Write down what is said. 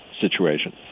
situation